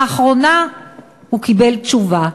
לאחרונה הוא קיבל תשובה.